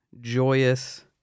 joyous